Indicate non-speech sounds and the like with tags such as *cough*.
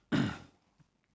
*coughs*